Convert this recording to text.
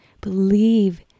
believe